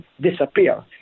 disappear